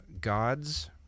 God's